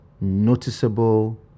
noticeable